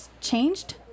changed